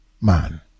man